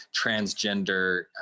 transgender